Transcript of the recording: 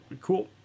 Cool